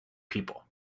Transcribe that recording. people